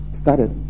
started